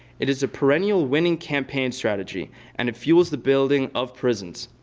it is a perennial winning campaign strategy and it fuels the building of prisons.